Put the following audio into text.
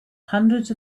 hundreds